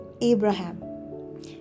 Abraham